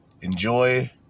enjoy